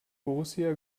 borussia